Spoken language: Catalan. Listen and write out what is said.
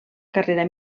carrera